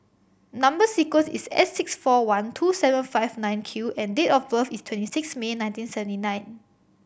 number sequence is S six four one two seven five nine Q and date of birth is twenty six May nineteen seventy nine